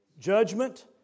judgment